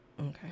Okay